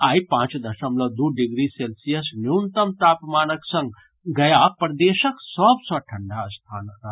आइ पांच दशमलव दू डिग्री सेल्सियस न्यूनतम तापमानक संग गया प्रदेशक सभ सँ ठंढा स्थान रहल